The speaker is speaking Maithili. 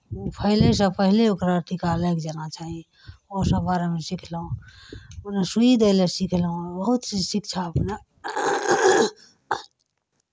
ओ फैलयसँ पहिले ओकरा टीका लागि जाना चाही ओसभ बारेमे सिखलहुँ ओकरा सुइ देनाइ सिखलहुँ बहुत चीज शिक्षा अपना